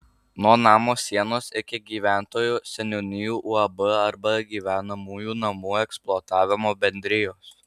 nuo namo sienos iki gyventojo seniūnijų uab arba gyvenamųjų namų eksploatavimo bendrijos